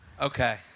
Okay